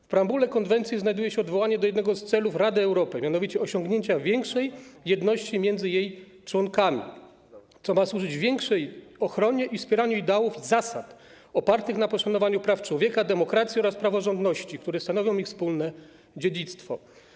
W preambule konwencji znajduje się odwołanie do jednego z celów Rady Europy, mianowicie osiągnięcia większej jedności między jej członkami, co ma służyć większej ochronie i wspieraniu ideałów i zasad opartych na poszanowaniu praw człowieka, demokracji oraz praworządności, które stanowią ich wspólne dziedzictwo.